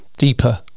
deeper